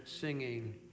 singing